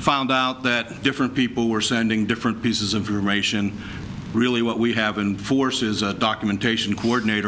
found out that different people were sending different pieces of duration really what we have and forces that documentation coordinator